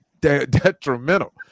detrimental